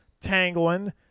Tangling